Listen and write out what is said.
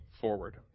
forward